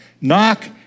Knock